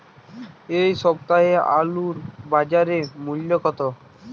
এ সপ্তাহের আলুর বাজার মূল্য কত?